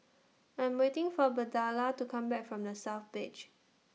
I'm waiting For Birdella to Come Back from The South Beach